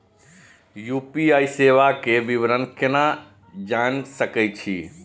UPI सेवा के विवरण केना जान सके छी?